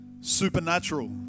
Supernatural